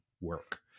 work